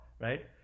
Right